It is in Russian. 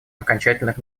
окончательных